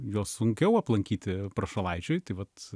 juos sunkiau aplankyti prašalaičiui tai vat